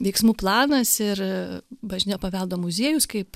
veiksmų planas ir bažnytinio paveldo muziejaus kaip